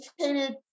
educated